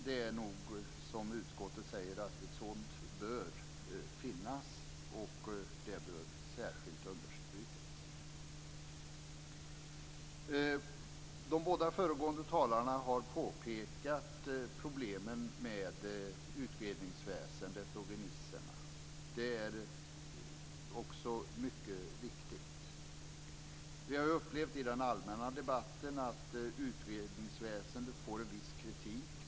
Det är nog som utskottet säger att ett sådant bör finnas, och det bör särskilt understrykas. De båda föregående talarna har påpekat problemen med utredningsväsendet och remisserna. Det är också mycket viktigt. Vi har upplevt i den allmänna debatten att utredningsväsendet får en viss kritik.